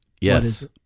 Yes